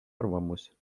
arvamus